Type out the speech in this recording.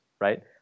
right